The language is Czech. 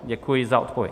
Děkuji za odpověď.